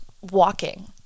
walking